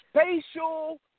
spatial